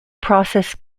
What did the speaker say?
process